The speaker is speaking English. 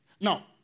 Now